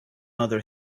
other